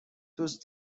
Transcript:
دوست